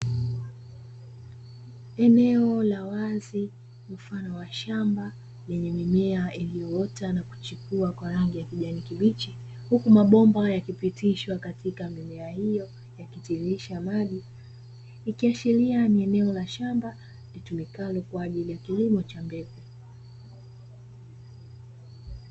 Eneo la wazi mfano wa shamba, lenye mimea iliyoota na kuchipua kwa rangi ya kijani kibichi, huku mabomba yakipitishwa katika mimea hiyo, yakitiririsha maji, ikiashiria ni eneo la shamba litumikalo kwa ajili ya kilimo cha mbegu.